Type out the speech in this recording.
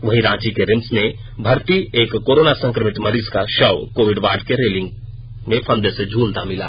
वहीं रांची के रिम्स में भर्ती एक कोरोना संक्रमित मरीज का शव कोविड वार्ड के रेलिंग में फंदे से झूलता मिला